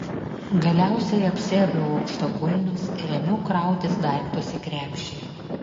galiausiai apsiaviau aukštakulnius ir ėmiau krautis daiktus į krepšį